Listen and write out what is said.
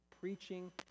preaching